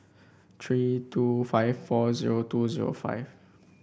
three two five four zero two zero five